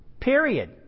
Period